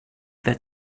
that